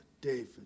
David